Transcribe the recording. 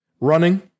Running